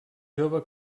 jove